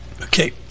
Okay